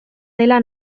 dela